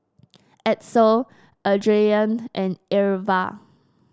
Edsel Adriane and Irva